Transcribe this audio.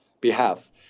behalf